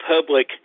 public